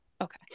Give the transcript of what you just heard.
Okay